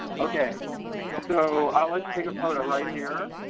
okay so i'll let you take a photo right here.